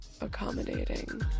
accommodating